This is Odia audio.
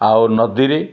ଆଉ ନଦୀରେ